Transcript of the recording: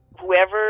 whoever